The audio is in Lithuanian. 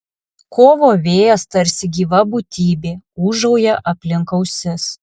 kovo vėjas tarsi gyva būtybė ūžauja aplink ausis